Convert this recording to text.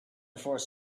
before